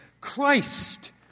Christ